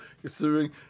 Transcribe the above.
Considering